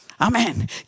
Amen